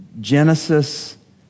Genesis